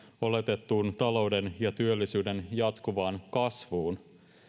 oletettuun talouden ja työllisyyden jatkuvaan kasvuun